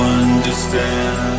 understand